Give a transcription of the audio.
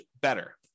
better